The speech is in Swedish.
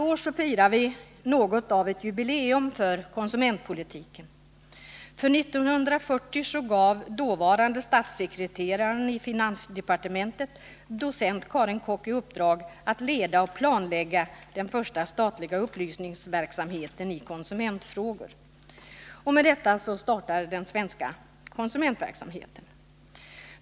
Vi firar i år något av ett jubileum för konsumentpolitiken. 1940 gav dåvarande statssekreteraren i finansdepartementet docent Karin Kock i uppdrag att leda och planlägga den första statliga upplysningsverksamheten i konsumentfrågor. Och med detta startade den svenska konsumentverksamheten.